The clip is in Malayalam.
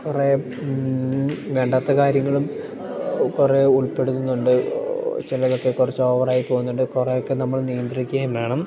കുറെ വേണ്ടാത്ത കാര്യങ്ങളും കുറെ ഉൾപ്പെടുത്തുന്നുണ്ട് ചിലതൊക്കെ കുറച്ച് ഓവറായി പോകുന്നുണ്ട് കുറെയൊക്കെ നമ്മൾ നിയന്ത്രിക്കുകയും വേണം